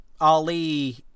Ali